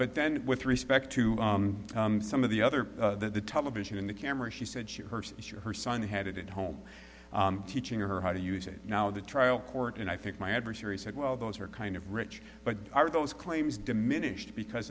but then with respect to some of the other the television in the camera she said she heard sure her son had it at home teaching her how to use it now the trial court and i think my adversary said well those are kind of rich but are those claims diminished because